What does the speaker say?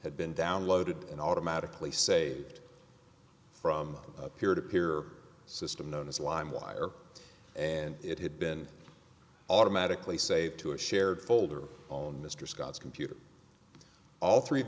had been downloaded and automatically saved from a peer to peer system known as lime wire and it had been automatically saved to a shared folder on mr scott's computer all three